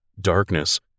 darkness